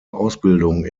ausbildung